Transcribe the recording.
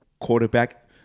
quarterback